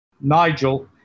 Nigel